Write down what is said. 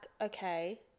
okay